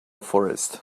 forest